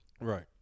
Right